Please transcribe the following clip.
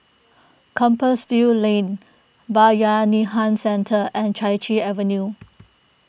Compassvale Lane Bayanihan Centre and Chai Chee Avenue